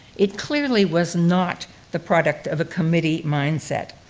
it clearly was not the product of a committee mind-set.